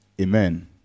Amen